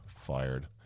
fired